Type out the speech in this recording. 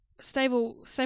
stable